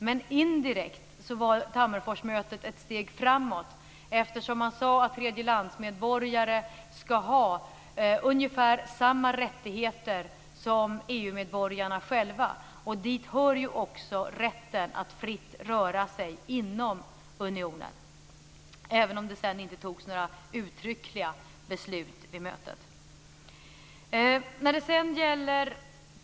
Men indirekt var Tammerforsmötet ett steg framåt, eftersom man sade att tredjelandsmedborgare ska ha ungefär samma rättigheter som EU-medborgarna själva. Dit hör ju också rätten att fritt röra sig inom unionen, även om det inte fattades några uttryckliga beslut vid mötet.